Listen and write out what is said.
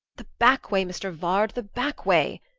the back way, mr. vard, the back way,